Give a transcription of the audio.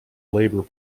labour